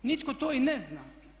Nitko to i ne zna.